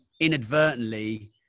inadvertently